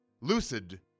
lucid